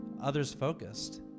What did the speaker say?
others-focused